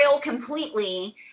completely